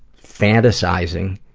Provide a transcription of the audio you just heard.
fantasizing,